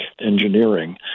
engineering